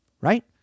Right